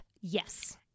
Yes